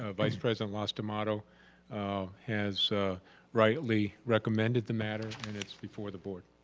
ah vice-president lastimado um has rightly recommended the matter and it's before the board.